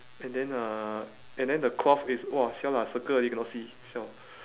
and then uh and then the cloth is !wah! !siala! circle already cannot see siao